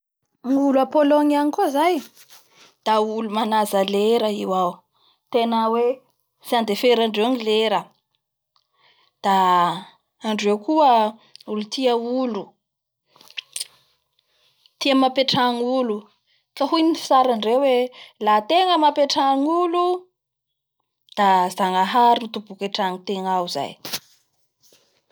Ny olo a Polongne any koa zayda olo maja lera io ao tena hoe tsy andeferandreo ny lera da andreo koa olo tia olo, tia mampaiantragno olo. Satria ny fisaingandreo hoe lah ategna mampiatrano olo da zagnahary mitoboky antragnotegna ao zay.